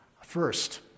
First